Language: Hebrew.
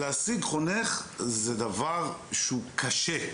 להשיג חונך זה דבר שהוא קשה.